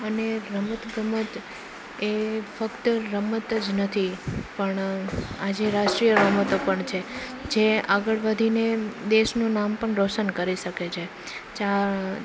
અને રમતગમત એ ફક્ત રમત જ નથી પણ આજે રાષ્ટ્રીય રમતો પણ છે જે આગળ વધીને દેશનું નામ પણ રોશન કરી શકે છે ચાર